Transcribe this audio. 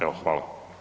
Evo hvala.